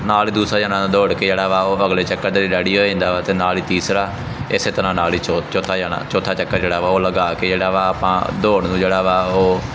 ਨਾਲ ਦੂਸਰਾ ਜਣਾ ਦੌੜ ਕੇ ਜਿਹੜਾ ਵਾ ਉਹ ਅਗਲੇ ਚੱਕਰ ਦੇ ਲਈ ਰੈਡੀ ਹੋ ਜਾਂਦਾ ਵਾ ਅਤੇ ਨਾਲ ਹੀ ਤੀਸਰਾ ਇਸੇ ਤਰ੍ਹਾਂ ਨਾਲ ਹੀ ਚੌਥਾ ਚੌਥਾ ਜਣਾ ਚੌਥਾ ਚੱਕਰ ਜਿਹੜਾ ਵਾ ਉਹ ਲਗਾ ਕੇ ਜਿਹੜਾ ਵਾ ਆਪਾਂ ਦੌੜ ਨੂੰ ਜਿਹੜਾ ਵਾ ਉਹ